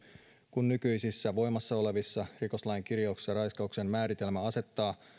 kun nykyisissä voimassa olevissa rikoslain kirjauksissa raiskauksen määritelmä asettaa